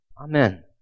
Amen